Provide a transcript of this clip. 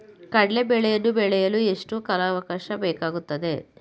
ಕಡ್ಲೆ ಬೇಳೆಯನ್ನು ಬೆಳೆಯಲು ಎಷ್ಟು ಕಾಲಾವಾಕಾಶ ಬೇಕಾಗುತ್ತದೆ?